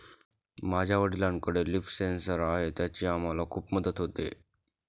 माझ्या वडिलांकडे leaf sensor आहे त्याची आम्हाला खूप मदत होते